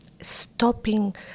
stopping